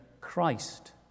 Christ